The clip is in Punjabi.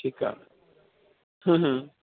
ਠੀਕ ਆ